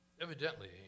evidently